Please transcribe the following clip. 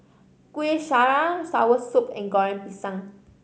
Kuih Syara soursop and Goreng Pisang